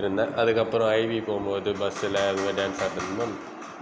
இருந்தேன் அதுக்கப்புறம் ஐவி போகும் போது பஸ்ஸுல் அந்த மாதிரி டான்ஸ் ஆடின்னு இருந்தோம்